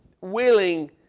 willing